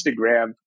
Instagram